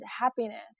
happiness